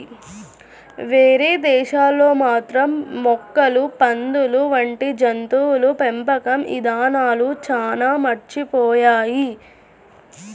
వేరే దేశాల్లో మాత్రం మేకలు, పందులు వంటి జంతువుల పెంపకం ఇదానాలు చానా మారిపోయాయి